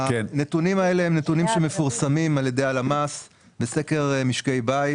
הנתונים האלה הם מפורסמים על ידי הלמ"ס בסקר משקי בית.